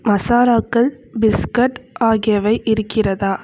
மசாலாக்கள் பிஸ்கட் ஆகியவை இருக்கிறதா